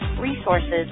resources